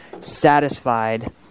satisfied